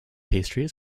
pastry